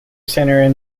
center